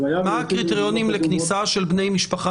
מה הקריטריונים לכניסה של בתי משפחה